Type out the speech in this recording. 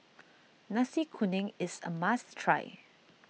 Nasi Kuning is a must try